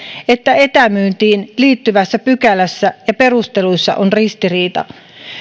että etämyyntiin liittyvässä pykälässä ja perusteluissa on ristiriita